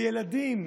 בילדים,